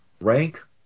Rank